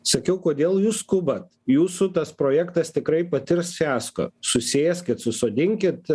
sakiau kodėl jūs skubat jūsų tas projektas tikrai patirs fiasko susėskit susodinkit